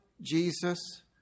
Jesus